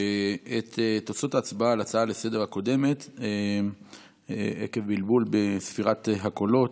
את תוצאות ההצבעה על ההצעה לסדר-היום הקודמת עקב בלבול בספירת הקולות.